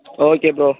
okay bro